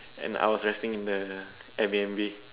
and I was resting in the Airbnb